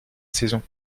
saison